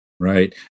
Right